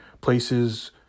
Places